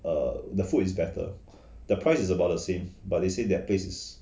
err the food is better the price is about the same but they say that place is